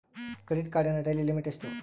Credit ಕಾರ್ಡಿನ daily limit ಎಷ್ಟು?